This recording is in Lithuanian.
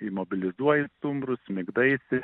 imobilizuoji stumbrus migdaisi